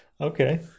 Okay